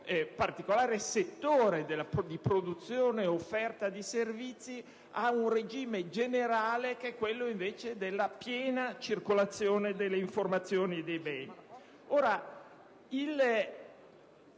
particolare settore di produzione e offerta di servizi al principio generale, che è quello invece della libera circolazione delle informazioni. È vero,